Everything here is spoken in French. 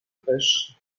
pêche